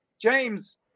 James